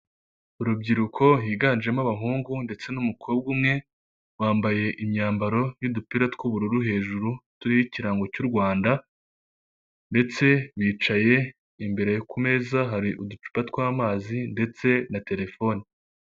Urubyiruko higanjemo abahungu ndetse n'umukobwa umwe bambaye imyambaro y'udupira tw'ubururu hejuru turiho ikirango cy'u Rwanda ndetse bicaye imbere ku meza hari uducupa tw'amazi ndetse na telefone.